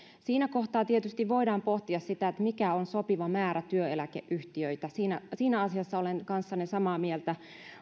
siinä kohtaa tietysti voidaan pohtia sitä mikä on sopiva määrä työeläkeyhtiöitä siinä siinä asiassa olen kanssanne samaa mieltä